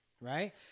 Right